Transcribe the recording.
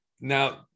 Now